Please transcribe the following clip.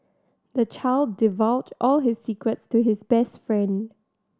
the child divulged all his secrets to his best friend